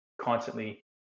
constantly